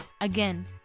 Again